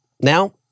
Now